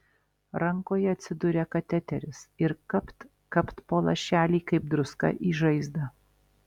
rankoje atsiduria kateteris ir kapt kapt po lašelį kaip druska į žaizdą